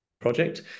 project